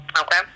Okay